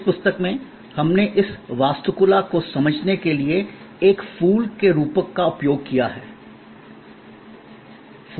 इस पुस्तक में हमने इस वास्तुकला को समझने के लिए एक फूल के रूपक का उपयोग किया है